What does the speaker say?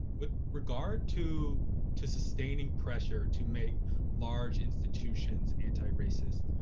with regard to to sustaining pressure to make large institutions anti-racist,